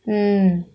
mm